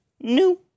No